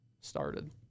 started